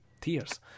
tears